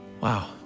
Wow